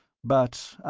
but, ah!